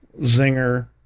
Zinger